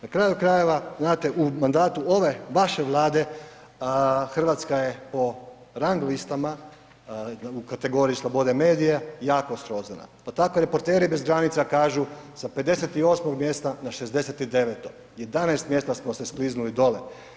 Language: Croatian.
Na kraju krajeva, znate, u mandatu ove vaše Vlade, RH je po rang listama u kategoriji slobode medija, jako srozana, pa tako i reporteri bez granica kažu sa 58 mjesta na 69, 11 mjesta smo se skliznuli dole.